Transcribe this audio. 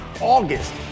August